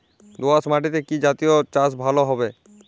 দোয়াশ মাটিতে কি জাতীয় চাষ ভালো হবে?